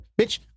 Bitch